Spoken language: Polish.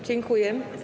Dziękuję.